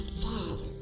father